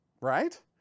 right